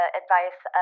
advice